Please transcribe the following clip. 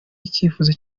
icyifuzo